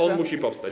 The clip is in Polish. On musi powstać.